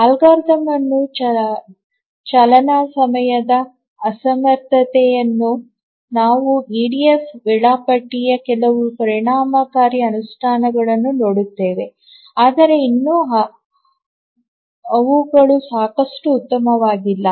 ಅಲ್ಗಾರಿದಮ್ನ ಚಾಲನಾಸಮಯದ ಅಸಮರ್ಥತೆ ನಾವು ಇಡಿಎಫ್ ವೇಳಾಪಟ್ಟಿಯ ಕೆಲವು ಪರಿಣಾಮಕಾರಿ ಅನುಷ್ಠಾನಗಳನ್ನು ನೋಡುತ್ತೇವೆ ಆದರೆ ಇನ್ನೂ ಅವುಗಳು ಸಾಕಷ್ಟು ಉತ್ತಮವಾಗಿಲ್ಲ